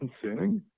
concerning